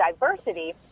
diversity